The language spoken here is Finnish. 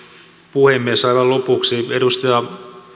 puhemies aivan lopuksi edustaja